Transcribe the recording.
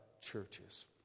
churches